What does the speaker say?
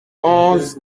onze